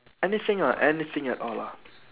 anything ah anything at all lah